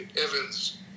Evans